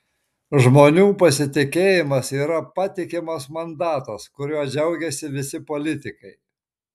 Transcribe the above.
žmonių pasitikėjimas yra patikimas mandatas kuriuo džiaugiasi visi politikai